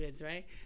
right